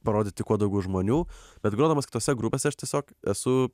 parodyti kuo daugiau žmonių bet grodamas kitose grupėse aš tiesiog esu